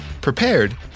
prepared